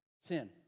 sin